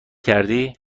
کنی